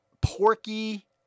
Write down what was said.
porky